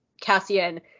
Cassian